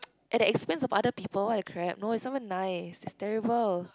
at the expense of other people what the crap no is someone nice that's terrible